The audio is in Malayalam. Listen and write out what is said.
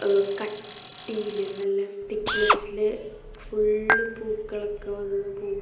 കട്ടിയിൽ നല്ല തിക്ക്നസ്സിൽ ഫുള്ള് പൂക്കളൊക്ക വന്ന് പൂക്കും